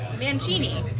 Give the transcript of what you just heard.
Mancini